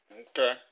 Okay